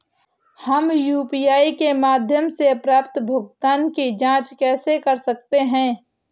हम यू.पी.आई के माध्यम से प्राप्त भुगतान की जॉंच कैसे कर सकते हैं?